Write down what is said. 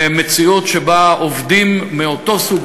במציאות שבה עובדים מאותו סוג,